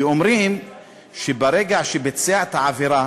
כי אומרים שברגע שהוא ביצע את העבירה